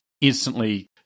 instantly